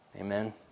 Amen